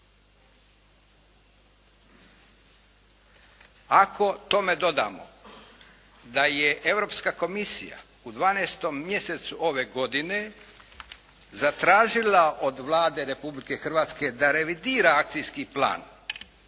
Ako tome dodamo da je Europska komisija u 12. mjesecu ove godine zatražila od Vlade Republike Hrvatske da revidira akcijski plan